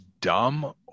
dumb